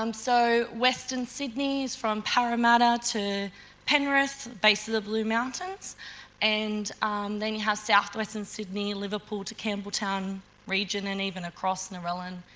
um so, western sydney is from parramatta to penrith, the base of the blue mountains and then you have south western sydney, liverpool to campbelltown region and even across narellan.